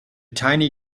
tiny